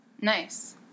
Nice